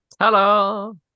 Hello